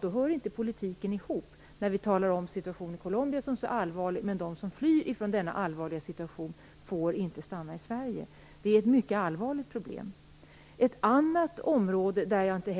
Då går inte politiken ihop. Vi talar om situationen i Colombia som allvarlig, men de som flyr från denna allvarliga situation får inte stanna i Sverige. Det är ett mycket allvarligt problem. Ett annat område är vapenexporten.